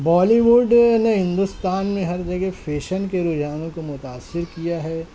بالی would نے ہندوستان میں ہر جگہ فیشن کے رجحانوں کو متاثر کیا ہے